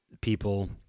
people